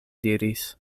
diris